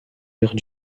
heures